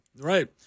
right